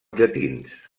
llatins